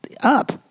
up